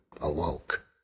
awoke